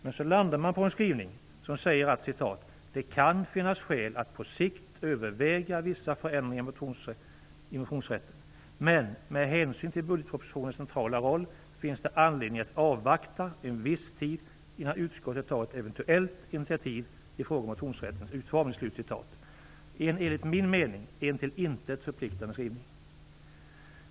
Men så landar man på följande skrivning: "-- det kan finnas skäl att på sikt överväga vissa förändringar i motionsrätten. Med hänsyn till budgetpropositionens centrala roll i riksdagsarbetet finns det emellertid anledning att avvakta utfallet av den nya ordningen under en viss tid, innan utskottet tar ett eventuellt initiativ i frågan om motionsrättens utformning." Det är enligt min mening en till intet förpliktande skrivning.